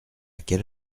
quelle